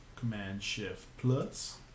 Command-Shift-Plus